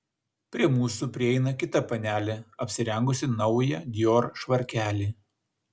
prie mūsų prieina kita panelė apsirengusi naują dior švarkelį